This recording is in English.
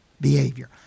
behavior